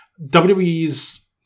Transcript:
WWE's